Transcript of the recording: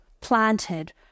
planted